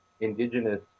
indigenous